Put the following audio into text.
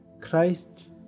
Christ